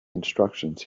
instructions